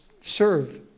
serve